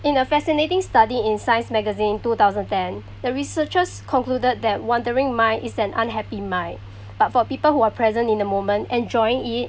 in a fascinating study in science magazine two thousand ten the researchers concluded that wandering mind is an unhappy mind but for people who are present in the moment enjoying it